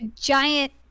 giant